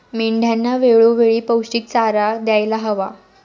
मेंढ्यांना वेळोवेळी पौष्टिक चारा द्यायला हवा